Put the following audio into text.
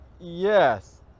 yes